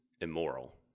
immoral